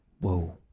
Whoa